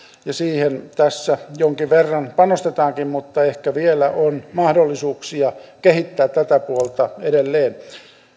siihen tässä jonkin verran panostetaankin mutta ehkä vielä on mahdollisuuksia kehittää tätä puolta edelleen ne